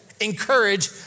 encourage